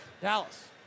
Dallas